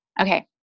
okay